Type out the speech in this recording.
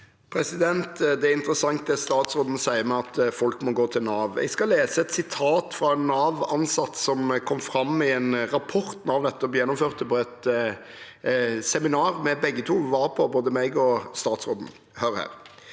Det er interes- sant det statsråden sier, om at folk må gå til Nav. Jeg skal lese et sitat fra en Nav-ansatt. Det kom fram i en rapport Nav nettopp har gjennomført, på et seminar som vi begge to var på, både jeg og statsråden. Hør her: